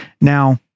Now